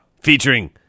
featuring